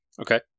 Okay